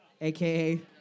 AKA